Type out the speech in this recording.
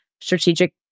strategic